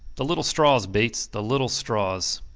the little straws, bates. the little straws.